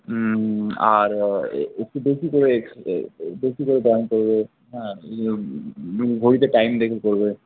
আর একটু বেশি করে ব্যায়াম করবে হ্যাঁ ঘড়িতে টাইম দেখে করবে